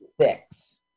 Six